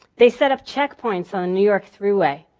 they set up checkpoints on new york thruway.